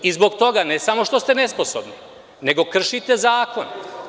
Zbog toga, ne samo što ste nesposobni, nego kršite i zakon.